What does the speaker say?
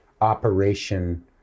operation